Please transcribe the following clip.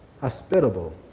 hospitable